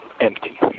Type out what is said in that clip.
empty